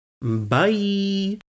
Bye